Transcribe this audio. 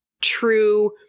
true –